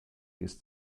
ist